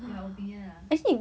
in my opinion ah